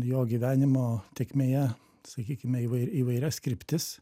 jo gyvenimo tėkmėje sakykime įvair įvairias kryptis